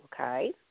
okay